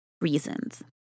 reasons